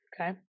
okay